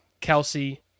Kelsey